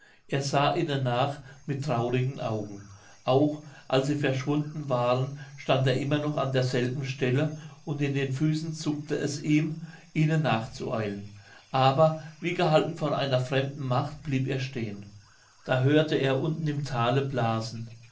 er sah ihnen nach mit traurigen augen auch als sie verschwunden waren stand er immer noch an derselben stelle und in den füßen zuckte es ihm ihnen nachzueilen aber wie gehalten von einer fremden macht blieb er stehen da hörte er unten im tale blasen